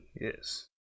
Yes